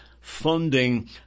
funding